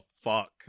fuck